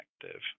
effective